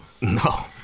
No